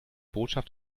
botschaft